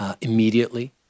immediately